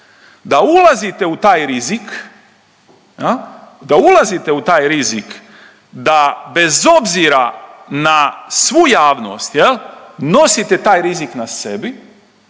da ulazite u taj rizik da bez obzira na svu javnost nosite taj rizik na sebi,